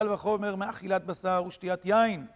קל וחומר מאכילת בשר ושתיית יין.